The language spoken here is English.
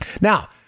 Now